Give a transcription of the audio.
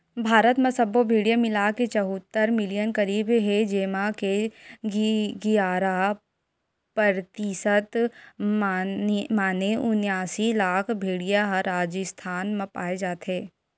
भारत म सब्बो भेड़िया मिलाके चउहत्तर मिलियन करीब हे जेमा के गियारा परतिसत माने उनियासी लाख भेड़िया ह राजिस्थान म पाए जाथे